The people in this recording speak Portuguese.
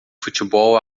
futebol